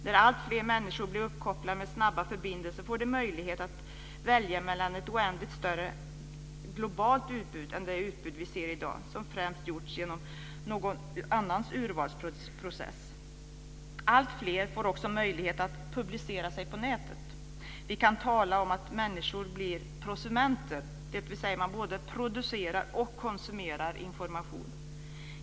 När alltfler människor blir uppkopplade med snabba förbindelser får de möjlighet att välja mellan ett globalt utbud som är oändligt mycket större än det utbud vi ser i dag, som främst skapats genom någon annans urvalsprocess. Alltfler får också möjlighet att publicera sig på nätet. Vi kan tala om att människor blir "prosumenter", dvs. att man både producerar och konsumerar information.